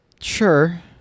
sure